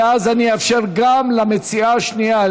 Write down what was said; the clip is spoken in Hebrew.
ואז אני אאפשר גם למציעה השנייה,